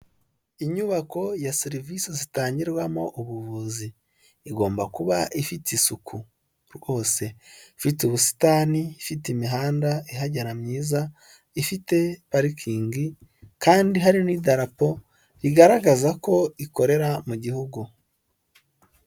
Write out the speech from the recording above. Inyubako ya serivisi zitangirwamo ubuvuzi, igomba kuba ifite isuku rwose, ifite ubusitani ifite imihanda ihagera myiza, ifite parikingi kandi hari n'idarapo rigaragaza ko ikorera mu gihugu.